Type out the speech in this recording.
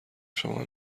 شما